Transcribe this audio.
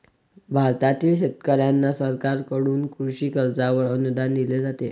भारतातील शेतकऱ्यांना सरकारकडून कृषी कर्जावर अनुदान दिले जाते